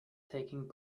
taking